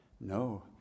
No